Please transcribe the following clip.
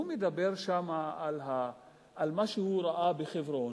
הוא מדבר שם על מה שהוא ראה בחברון,